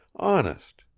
honest,